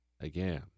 Again